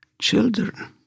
children